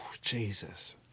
Jesus